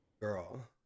girl